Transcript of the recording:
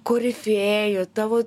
korifėjų tavo